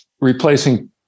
replacing